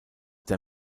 der